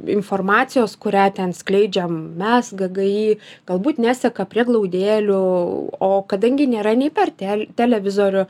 informacijos kurią ten skleidžiam mes ggi galbūt neseka prieglaudėlių o kadangi nėra nei per tel televizorių